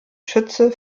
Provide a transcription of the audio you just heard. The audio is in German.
schütze